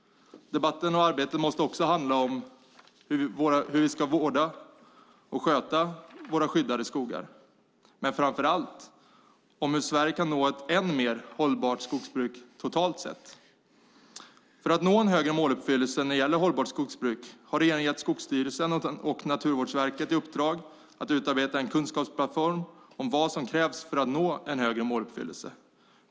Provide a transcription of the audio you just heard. Debatten och arbetet måste också handla om hur vi ska vårda och sköta våra skyddade skogar men framför allt om hur Sverige kan nå ett än mer hållbart skogsbruk totalt sett. För att nå en högre måluppfyllelse när det gäller hållbart skogsbruk har regeringen gett Skogsstyrelsen och Naturvårdsverket i uppdrag att utarbeta en kunskapsplattform om vad som krävs för att nå en högre måluppfyllelse.